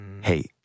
Hey